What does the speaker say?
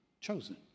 Chosen